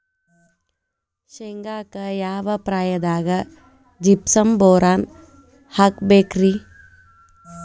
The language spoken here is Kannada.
ಶೇಂಗಾಕ್ಕ ಯಾವ ಪ್ರಾಯದಾಗ ಜಿಪ್ಸಂ ಬೋರಾನ್ ಹಾಕಬೇಕ ರಿ?